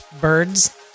birds